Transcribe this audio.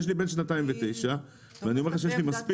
לי יש ילד בן שנתיים ותשע ואני אומר לך שיש לי מספיק